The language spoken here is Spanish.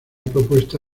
propuesta